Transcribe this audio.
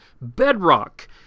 bedrock